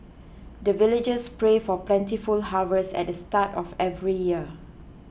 the villagers pray for plentiful harvest at the start of every year